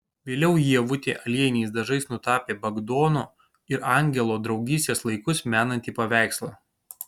vėliau ievutė aliejiniais dažais nutapė bagdono ir angelo draugystės laikus menantį paveikslą